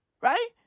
right